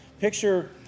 picture